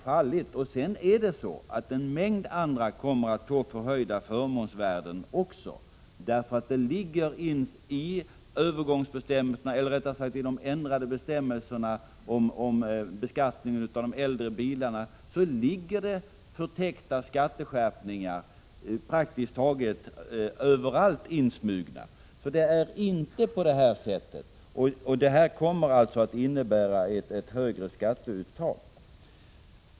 Dessutom tillkommer att en mängd personer kommer att få förhöjda förmånsvärden. I de ändrade bestämmelserna om beskattning av äldre bilar ligger förtäckta skatteskärpningar. Det är alltså inte så som Bo Forslund säger, utan det nya systemet kommer att innebära ett högre skatteuttag.